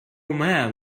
man